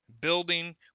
building